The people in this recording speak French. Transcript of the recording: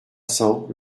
cents